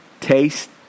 Taste